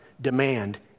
demand